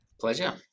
Pleasure